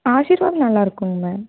ஆசிர்வாத் நல்லாயிருக்குங்க மேம்